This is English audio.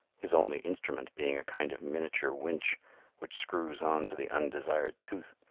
his only instrument being a kind of miniature winch which screws on to the undesired tooth.